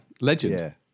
Legend